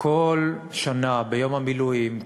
כל שנה ביום המילואים,